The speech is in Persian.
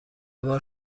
بار